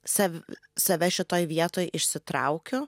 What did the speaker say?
save save šitoj vietoj išsitraukiu